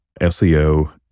SEO